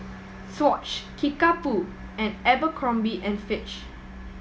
Swatch Kickapoo and Abercrombie and Fitch